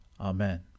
Amen